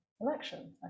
election